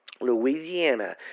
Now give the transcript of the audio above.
Louisiana